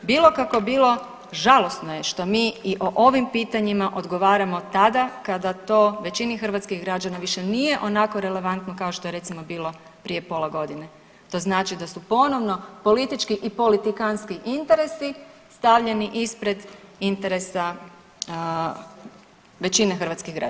Bilo kako bilo žalosno je što mi i o ovim pitanjima odgovaramo tada kada to većini hrvatskih građana više nije onako relevantno kao što je recimo bilo prije pola godine to znači da su ponovno politički i politikantski interesi stavljeni ispred interesa većine hrvatskih građana.